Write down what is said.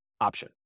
option